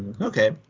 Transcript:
Okay